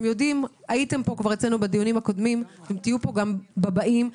הייתם בדיונים הקודמים ותהיו גם בדיונים הבאים.